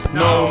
no